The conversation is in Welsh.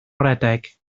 redeg